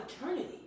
eternity